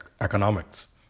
economics